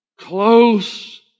close